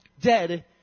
dead